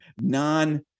non